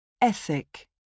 Ethic